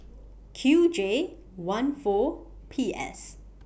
Q J one four P S